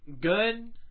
good